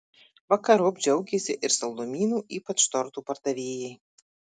vakarop džiaugėsi ir saldumynų ypač tortų pardavėjai